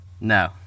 no